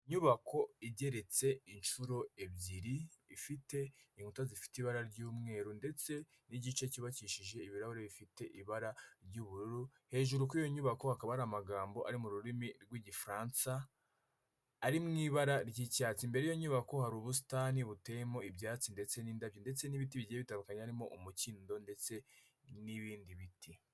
Inyubako igeretse inshuro ebyiri ifite inkuta zifite ibara ry'umweru ndetse n'igice cyubakishije ibirahuri bifite ibara ry'ubururu, hejuru kuri iyo nyubako hakaba hari amagambo ari mu rurimi rw'igifaransa ari mu ibara ry'icyatsi, imbere y'inyubako hari ubusitani buteyemo ibyatsi ndetse n'indabyo ndetse n'ibiti bigiye bitandukanye, harimo umukindo ndetse n'ibindi biti.